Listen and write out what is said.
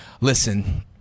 Listen